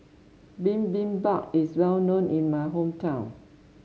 bibimbap is well known in my hometown